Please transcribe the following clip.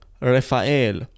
Rafael